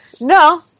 No